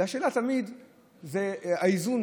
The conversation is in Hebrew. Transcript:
והשאלה תמיד היא האיזון,